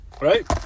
Right